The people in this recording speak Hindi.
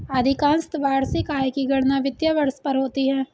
अधिकांशत वार्षिक आय की गणना वित्तीय वर्ष पर होती है